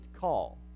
call